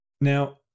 Now